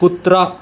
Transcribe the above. कुत्रा